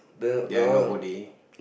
they are nobody